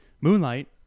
Moonlight